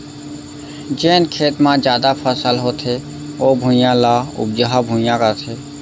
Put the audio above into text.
जेन खेत म जादा फसल होथे ओ भुइयां, ल उपजहा भुइयां कथें